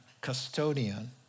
custodian